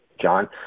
John